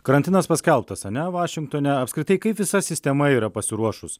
karantinas paskelbtas ane vašingtone apskritai kaip visa sistema yra pasiruošus